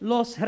Los